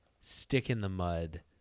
stick-in-the-mud